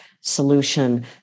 solution